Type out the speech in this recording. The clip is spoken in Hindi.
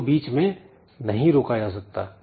इनको बीच में नहीं रोका जा सकता